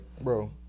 bro